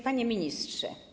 Panie Ministrze!